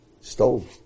stole